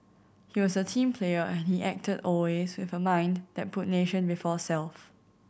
he was a team player and he acted always with a mind that put nation before self